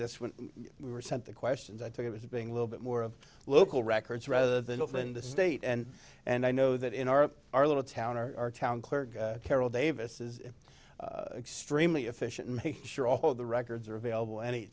this when we were sent the questions i think it was being a little bit more of a local records rather than open the state and and i know that in our our little town our town clerk carol davis is extremely efficient make sure all the records are available any